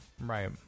Right